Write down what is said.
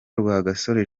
rwagasore